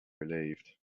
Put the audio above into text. relieved